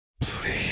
Please